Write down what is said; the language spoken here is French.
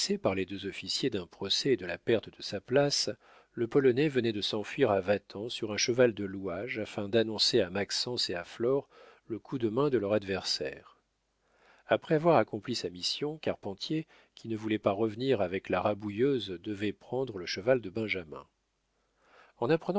par les deux officiers d'un procès et de la perte de sa place le polonais venait de s'enfuir à vatan sur un cheval de louage afin d'annoncer à maxence et à flore le coup de main de leur adversaire après avoir accompli sa mission carpentier qui ne voulait pas revenir avec la rabouilleuse devait prendre le cheval de benjamin en apprenant